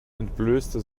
entblößte